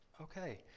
okay